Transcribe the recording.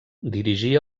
dirigí